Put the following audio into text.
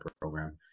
program